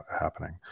happening